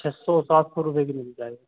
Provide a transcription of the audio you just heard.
چھ سو سات سو روپے کی مل جائے گی